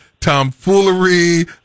tomfoolery